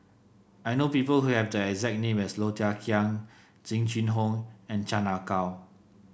I know people who have the exact name as Low Thia Khiang Jing Jun Hong and Chan Ah Kow